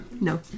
no